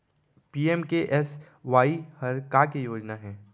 PMKSY हर का के योजना हे?